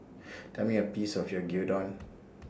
Tell Me The Price of Gyudon